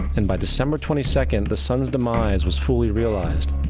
and by december twenty second, the sun's demise was fully realized,